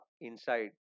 inside